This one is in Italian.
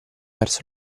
verso